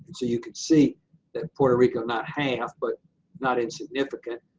and so you can see that puerto rico, not half, but not insignificant.